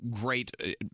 great